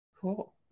Cool